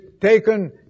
taken